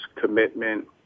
commitment